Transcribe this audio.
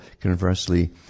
conversely